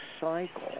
cycle